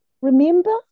remember